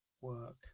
work